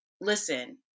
listen